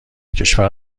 کشور